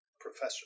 professor